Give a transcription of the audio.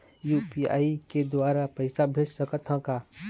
UPI के द्वारा पैसा भेज सकत ह का?